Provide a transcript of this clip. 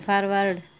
forward